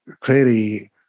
clearly